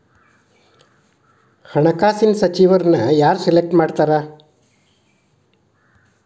ಹಣಕಾಸಿನ ಸಚಿವರನ್ನ ಯಾರ್ ಸೆಲೆಕ್ಟ್ ಮಾಡ್ತಾರಾ